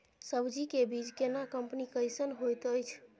सब्जी के बीज केना कंपनी कैसन होयत अछि?